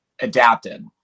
adapted